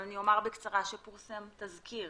אבל אני אומר בקצרה שפורסם תזכיר